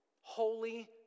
Holy